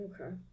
Okay